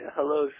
Hello